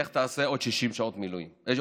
לך תעשה עוד 60 שעות התנדבות.